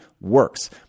works